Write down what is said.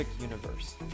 universe